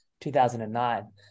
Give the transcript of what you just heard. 2009